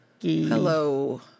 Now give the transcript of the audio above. Hello